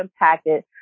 impacted